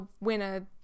winner